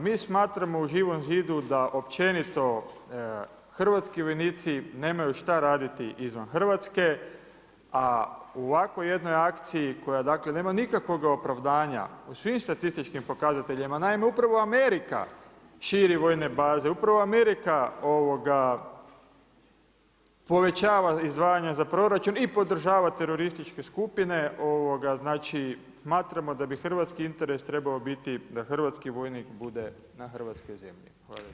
Mi smatramo u Živom zidu da općenito hrvatski vojnici nemaju šta raditi izvan Hrvatske, a u ovakvoj jednoj akciji koja nema nikakvoga opravdanja po svim statističkim pokazateljima, naime upravo Amerika širi vojne baze, upravo Amerika povećava izdvajanje za proračun i podržava terorističke skupine znači smatramo da bi hrvatski interes trebao biti da hrvatski vojnik bude na hrvatskoj zemlji.